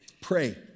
Pray